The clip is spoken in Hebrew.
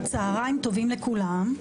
צהריים טובים לכולם,